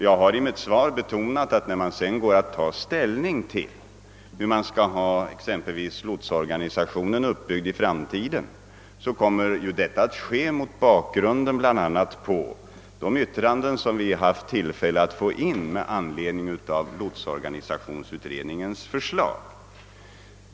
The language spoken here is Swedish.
Jag har i mitt svar betonat att när vi senare går att ta ställning exempelvis till hur lotsorganisationen skall vara uppbyggd i framtiden, kommer detta att göras mot bakgrunden bl.a. av de yttranden som vi haft tillfälle att inhämta med anledning av lotsorganisationsutredningens förslag.